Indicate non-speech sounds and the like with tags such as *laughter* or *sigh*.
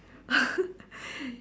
*laughs*